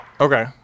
Okay